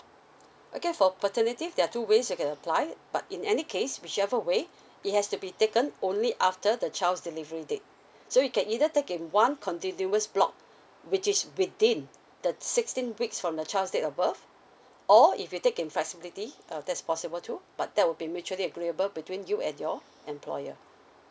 okay for paternity there are two ways you can apply but in any case whichever way it has to be taken only after the child's delivery date so you can either take in one continuous block which is within the sixteen weeks from the child's date of birth or if you take in flexibility uh that's possible too but that will be mutually agreeable between you and your employer